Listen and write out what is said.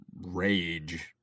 rage